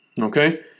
Okay